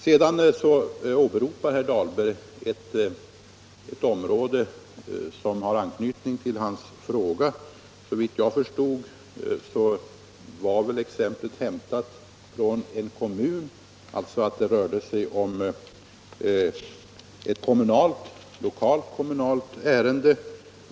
Sedan åberopade herr Dahlberg ett område som har anknytning till hans fråga. Såvitt jag förstår var exemplet hämtat från en kommun och rörde sig om ett lokalt kommunalt ärende.